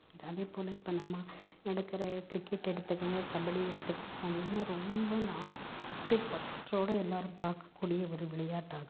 இது அதேப்போல் இப்போ நம்ம நடக்கிற கிரிக்கெட் எடுத்துக்கங்க கபடி எடுத்துக்கங்க அது எல்லாம் ரொம்ப நாட்டு பற்றோடு எல்லோரும் பார்க்கக்கூடிய ஒரு விளையாட்டாகும்